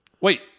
wait